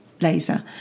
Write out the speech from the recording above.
laser